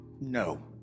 No